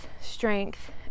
strength